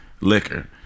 liquor